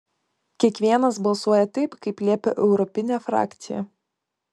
kiekvienas balsuoja taip kaip liepia europinė frakcija